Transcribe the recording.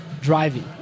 driving